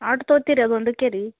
ಆಟ್ ತೊಗೋತೀರ ಅದು ಒಂದಕ್ಕೆ ರೀ